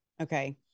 Okay